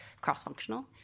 cross-functional